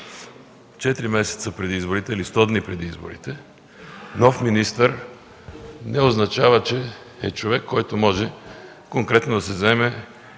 месеца преди изборите или 100 дни преди изборите нов министър не означава, че е човек, който може конкретно да се заеме